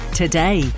today